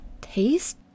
taste